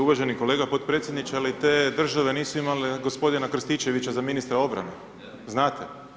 Uvaženi kolega potpredsjedniče, ali te države nisu imale gospodina Krstičevića za ministra obrane, znate.